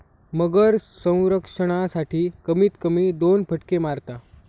मगर संरक्षणासाठी, कमीत कमी दोन फटके मारता